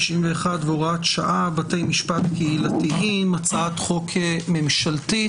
91 והוראת שעה) (בתי משפט קהילתיים) הצעת חוק ממשלתית,